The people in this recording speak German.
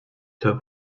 zur